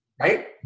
right